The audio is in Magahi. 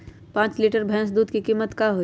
पाँच लीटर भेस दूध के कीमत का होई?